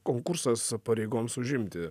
konkursas pareigoms užimti